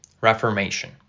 reformation